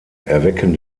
erwecken